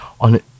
On